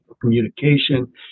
communication